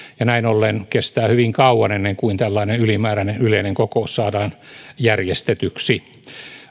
ja näin ollen kestää hyvin kauan ennen kuin tällainen ylimääräinen yleinen kokous saadaan järjestetyksi